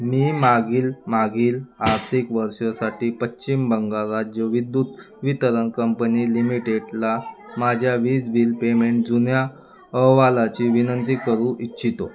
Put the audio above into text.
मी मागील मागील आर्थिक वर्षासाठी पश्चिम बंगाल राज्य विद्युत वितरण कंपनी लिमिटेडला माझ्या वीज बिल पेमेंट जुन्या अहवालाची विनंती करू इच्छितो